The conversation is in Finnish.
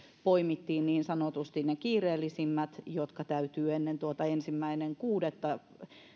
poimittiin niin sanotusti ne kiireellisimmät jotka täytyy ennen tuota ensimmäinen kuudetta